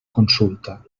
consulta